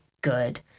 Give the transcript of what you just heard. good